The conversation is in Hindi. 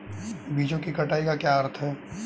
बीजों की कटाई का क्या अर्थ है?